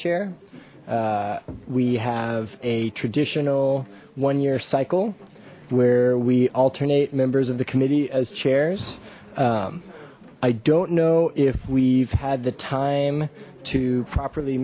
chair we have a traditional one year cycle where we alternate members of the committee as chairs i don't know if we've had the time to properly